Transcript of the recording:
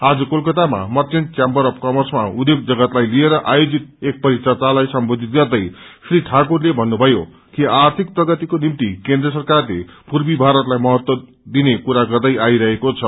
आज कोलकातामा merchant chamber of कर्मसमा उध्योग जगतलाई लिएर आयोजित एक परिचर्चलाई सम्बोधित गर्दै श्री ठाकुरले थन्नुभयो कि आर्थिक प्रगतिको निभ्ति केन्द्र सरकारले पूर्वी भारतलाई महतव दिने कुरा गर्दै आइरहेको छ